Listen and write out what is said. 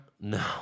No